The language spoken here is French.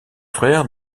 frère